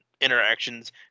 interactions